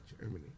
Germany